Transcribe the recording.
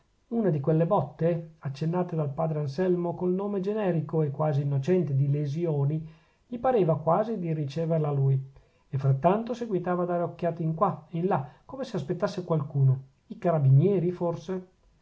una di quelle botte accennate dal padre anselmo col nome generico e quasi innocente di lesioni gli pareva quasi di riceverla lui e frattanto seguitava a dare occhiate in qua e in là come se aspettasse qualcuno i carabinieri forse